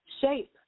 shape